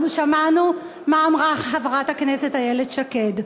אנחנו שמענו מה אמרה חברת הכנסת איילת שקד,